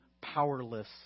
powerless